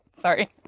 Sorry